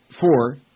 Four